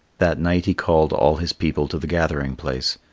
that night he called all his people to the gathering-place.